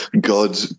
God